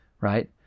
right